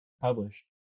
published